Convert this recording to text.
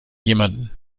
jemanden